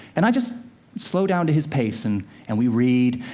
and i just slow down to his pace and and we read.